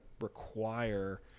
require